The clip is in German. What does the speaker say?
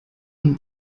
ihm